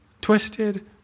twisted